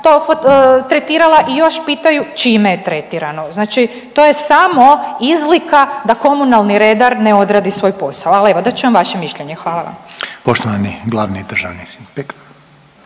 to tretirala i još pitaju čime je tretirano. Znači to je samo izlika da komunalni redar ne odradi svoj posao, ali evo, da čujem vaše mišljenje. Hvala vam. **Jandroković, Gordan